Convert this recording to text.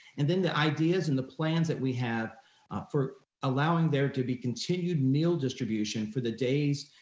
and then the ideas and the plans that we have for allowing there to be continued meal distribution for the days.